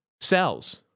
cells